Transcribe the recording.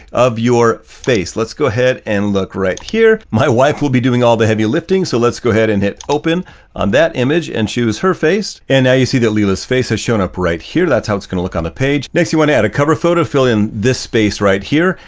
of your face. let's go ahead and look right here. my wife will be doing all the heavy lifting, so let's go ahead and hit open on that image and she used her face. and now you see that leila's face has shown up right here. that's how it's gonna look on the page. next, you want to add a cover photo. fill in this space right here.